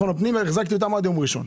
הפנים והחזקתי אותם עד יום ראשון.